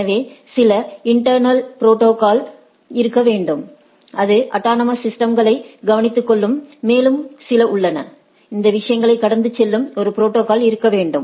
எனவே சில internal routing protocol இருக்க வேண்டும் இது அட்டானமஸ் சிஸ்டம்ஸ்களை கவனித்துக்கொள்ளும் மேலும் சில உள்ளன இந்த விஷயங்களை கடந்து செல்லும் ஒரு புரோட்டோகால் இருக்க வேண்டும்